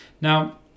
Now